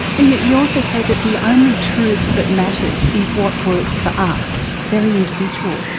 and yet you also say that the only truth that matters is what works for us. it's very individual.